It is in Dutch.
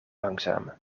langzaam